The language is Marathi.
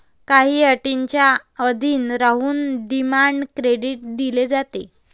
काही अटींच्या अधीन राहून डिमांड क्रेडिट दिले जाते